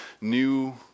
new